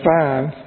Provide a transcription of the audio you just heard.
five